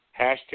hashtag